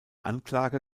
anklage